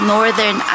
Northern